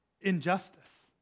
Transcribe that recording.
Injustice